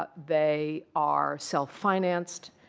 but they are self-financed.